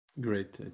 Great